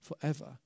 forever